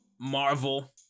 marvel